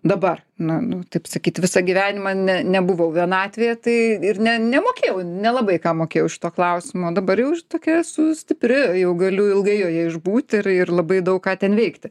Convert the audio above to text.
dabar nu nu taip sakyt visą gyvenimą ne nebuvau vienatvėje tai ir ne nemokėjau nelabai ką mokėjau iš to klausimo dabar jau ir tokia esu stipri jau galiu ilgai joje išbūti ir ir labai daug ką ten veikti